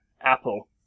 Apple